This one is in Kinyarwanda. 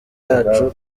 yacu